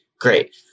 great